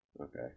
okay